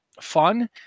fun